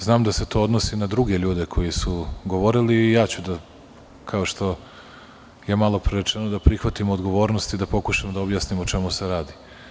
Znam da se to odnosi na druge ljude koji su govorili i ja ću, kao što je malopre rečeno da prihvatim odgovornost i da pokušam da objasnim o čemu se radi.